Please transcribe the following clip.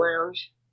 lounge